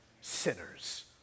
Sinners